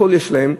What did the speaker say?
הכול יש להם,